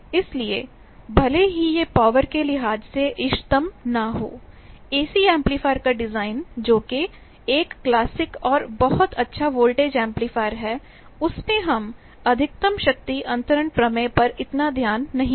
इसलिए भले ही यह पॉवर के लिहाज से इष्टतम न हो एसी एम्पलीफायर का डिज़ाइन जो कि एक क्लासिक और बहुत अच्छा वोल्टेज एम्पलीफायर है उसमें हम अधिकतम शक्ति अन्तरण प्रमेय पर इतना ध्यान नहीं देते